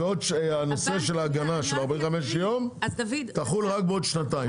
שהנושא של ההגנה של 45 יום תחול רק בעוד שנתיים.